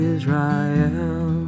Israel